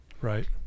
Right